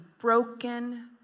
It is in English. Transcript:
broken